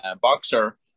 boxer